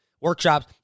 workshops